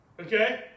Okay